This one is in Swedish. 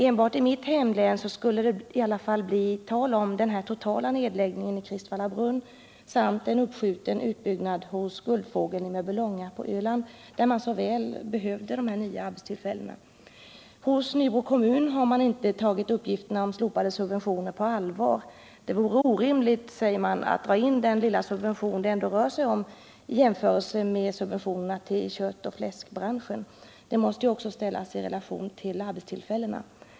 Enbart i mitt hemlän skulle det i alla fall bli tal om en total nedläggning i Kristvallabrunn samt en uppskjuten utbyggnad hos Guldfågeln i Mörbylånga på Öland, där man så väl behöver nya arbetstillfällen. Hos Nybro kommun har man inte tagit uppgifterna om slopade subventioner på allvar. Det vore orimligt, säger man, att dra in den lilla subvention det ändå rör sig om i jämförelse med subventionerna till köttoch fläskbranschen. Detta måste också ställas i relation till arbetstillfällena.